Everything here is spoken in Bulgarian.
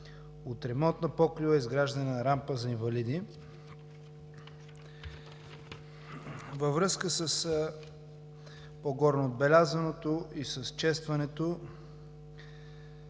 от ремонт на покрива и изграждане на рампа за инвалиди. Във връзка с по-горе отбелязаното и с честването,